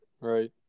right